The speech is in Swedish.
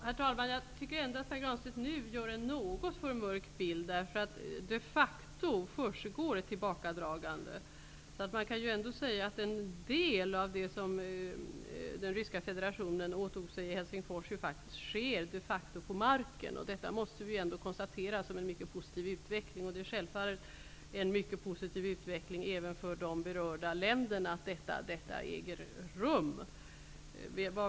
Herr talman! Jag tycker ändå att Pär Granstedt nu målar upp en något för mörk bild. Det försiggår de facto ett tillbakadragande. Man kan ändå säga att en del av det som den ryska federationen åtog sig i Helsingfors faktiskt sker -- på marken. Vi måste ändock konstatera att det är en mycket positiv utveckling. Det innebär självfallet även en mycket positiv utveckling för de berörda länderna att detta äger rum.